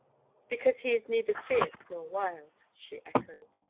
because he is neither fierce nor wild, she echoed.